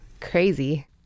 crazy